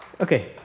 Okay